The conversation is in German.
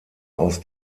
aus